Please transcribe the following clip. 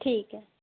ਠੀਕ ਹੈ